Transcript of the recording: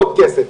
עוד כסף.